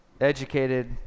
educated